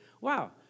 wow